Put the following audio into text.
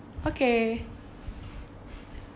okay